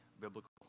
biblical